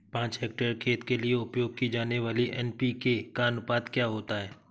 पाँच हेक्टेयर खेत के लिए उपयोग की जाने वाली एन.पी.के का अनुपात क्या होता है?